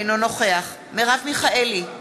אינו נוכח מרב מיכאלי,